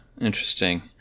Interesting